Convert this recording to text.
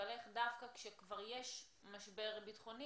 אבל איך דווקא כשכבר יש משבר ביטחוני